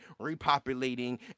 repopulating